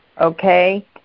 okay